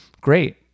Great